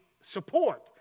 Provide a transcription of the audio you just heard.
support